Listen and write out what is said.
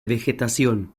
vegetación